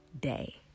day